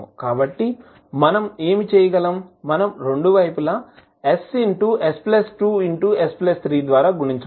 కాబట్టి మనం ఏమి చేయగలం మనం రెండు వైపులా s s 2 s 3 ద్వారా గుణించవచ్చు